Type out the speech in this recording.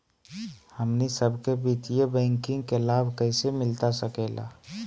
हमनी सबके वित्तीय बैंकिंग के लाभ कैसे मिलता सके ला?